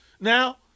Now